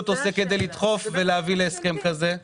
עושה כדי לדחוף ולהביא להסכם כזה?